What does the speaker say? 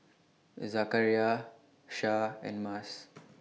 Zakaria Shah and Mas